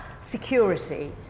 security